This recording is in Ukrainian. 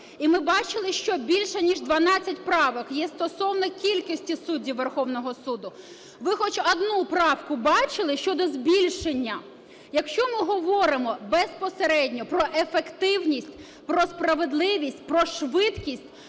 і ми бачили, що більше ніж 12 правок є стосовно кількості суддів Верховного Суду, ви хоч одну правку бачили щодо збільшення? Якщо ми говоримо безпосередньо про ефективність, про справедливість, про швидкість,